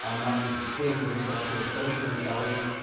um martin luther king, good example of social intelligence.